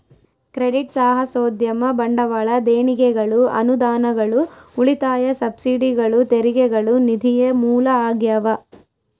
credit ಸಾಹಸೋದ್ಯಮ ಬಂಡವಾಳ ದೇಣಿಗೆಗಳು ಅನುದಾನಗಳು ಉಳಿತಾಯ ಸಬ್ಸಿಡಿಗಳು ತೆರಿಗೆಗಳು ನಿಧಿಯ ಮೂಲ ಆಗ್ಯಾವ